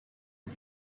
and